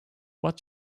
what